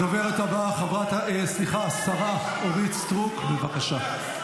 הדוברת הבאה, השרה אורית סטרוק, בבקשה.